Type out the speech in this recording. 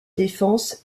défense